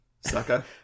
sucker